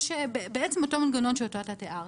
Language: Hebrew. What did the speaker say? בעצם אותו מנגנון שתיארת.